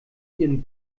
ihren